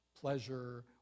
Pleasure